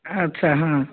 ଆଚ୍ଛା ହଁ